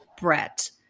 Brett